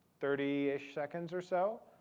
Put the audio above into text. thirty ish seconds or so,